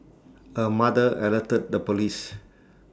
her mother alerted the Police